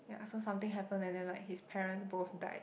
ya so something happened and then like his parents both died